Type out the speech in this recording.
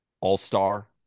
all-star